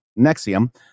nexium